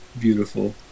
Beautiful